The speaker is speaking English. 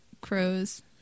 crows